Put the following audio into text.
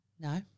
No